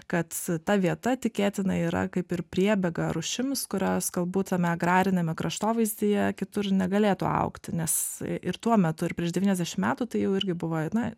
kad ta vieta tikėtina yra kaip ir priebėga rūšims kurios galbūt tame agrariniame kraštovaizdyje kitur negalėtų augti nes ir tuo metu ir prieš devyniasdešimt metų tai jau irgi buvo na